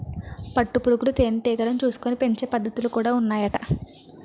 పట్టు పురుగులు తేనె టీగలను చూసుకొని పెంచే పద్ధతులు కూడా ఉన్నాయట